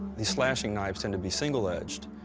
the slashing knives tend to be single-edged,